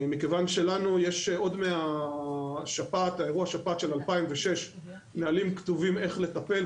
מכיוון שלנו יש עוד מאירוע השפעת של 2006 נהלים כתובים איך לטפל,